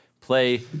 play